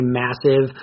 massive